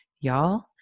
y'all